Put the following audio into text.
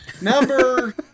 Number